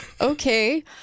okay